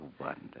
wonder